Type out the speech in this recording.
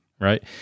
Right